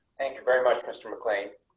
thank you very much, mr. mcclain